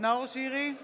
נאור שירי,